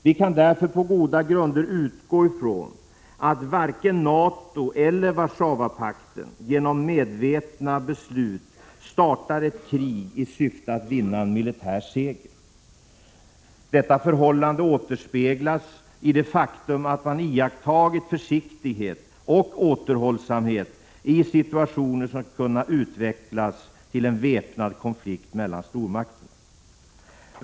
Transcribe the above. Vi kan därför på goda grunder utgå från att varken NATO eller Warszawapakten genom medvetna beslut startar ett krig i syfte att vinna en militär seger. Detta förhållande återspeglas i det faktum att man har iakttagit försiktighet och återhållsamhet i situationer som skulle ha kunnat utvecklas till en väpnad konflikt mellan stormakterna.